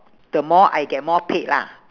the more I get more paid lah